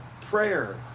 prayer